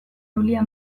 eulia